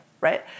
right